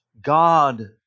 God